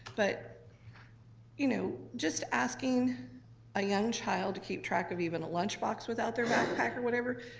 but you know just asking a young child to keep track of even a lunchbox without their backpack or whatever,